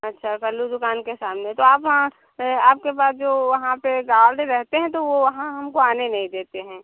अच्छा कल्लू दुकान के सामने तो आप वहाँ आपके पास जो वहाँ पर गार्ड रहते हैं तो वह वहाँ हमको आने नहीं देते हैं